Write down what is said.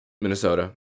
Minnesota